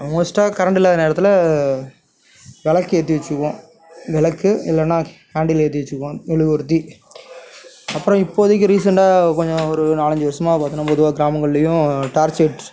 மோஸ்ட்டாக கரண்டு இல்லாத நேரத்தில் விளக்கேற்றி வெச்சிக்குவோம் விளக்கு இல்லைனா கேண்டில் ஏற்றி வெச்சிக்குவோம் மெழுகுவர்த்தி அப்புறம் இப்போதைக்கு ரீசெண்ட்டாக கொஞ்சம் ஒரு நாலஞ்சு வருஷமாக பார்த்தோம்னா பொதுவாக கிராமங்கள்லேயும் டார்ச்லைட்